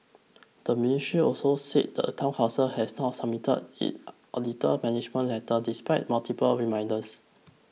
the ministry also said the Town Council has not submitted its auditor management letter despite multiple reminders